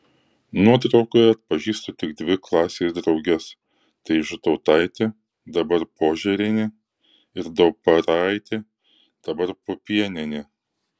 nuotraukoje atpažįstu tik dvi klasės drauges tai žūtautaitė dabar požėrienė ir dauparaitė dabar pupienienė